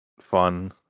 fun